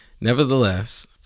Nevertheless